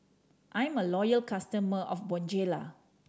I'm a loyal customer of Bonjela